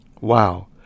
Wow